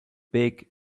big